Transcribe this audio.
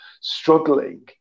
struggling